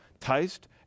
taste